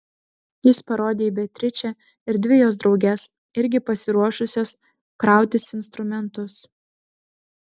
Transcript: jis parodė į beatričę ir dvi jos drauges irgi pasiruošusias krautis instrumentus